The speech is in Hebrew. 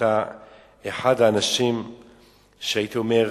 ואתה אחד האנשים שהייתי אומר,